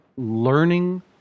learning